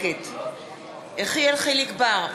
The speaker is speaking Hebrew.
נגד יחיאל חיליק בר,